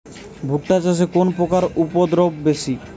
ভুট্টা চাষে কোন পোকার উপদ্রব বেশি?